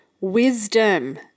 wisdom